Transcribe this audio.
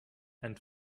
and